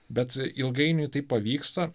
bet ilgainiui tai pavyksta